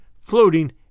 floating